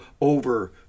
over